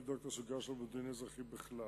לבדוק את הסוגיה של "מודיעין אזרחי" בכלל.